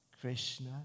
Krishna